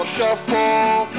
Shuffle